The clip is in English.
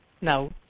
Now